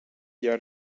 jag